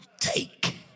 take